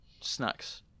snacks